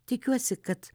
tikiuosi kad